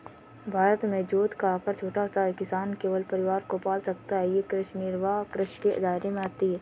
भारत में जोत का आकर छोटा है, किसान केवल परिवार को पाल सकता है ये कृषि निर्वाह कृषि के दायरे में आती है